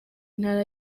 ntara